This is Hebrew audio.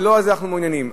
ולא בזה אנחנו מעוניינים.